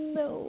no